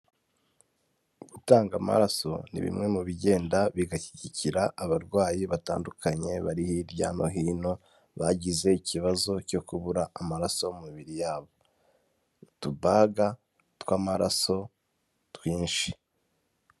Gutanga amaraso ni bimwe mu bigenda bigashyigikira abarwayi batandukanye bari hirya no hino bagize ikibazo cyo kubura amaraso mu mibiri yabo, utubaga tw'amaraso twinshi.